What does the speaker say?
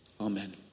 Amen